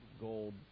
gold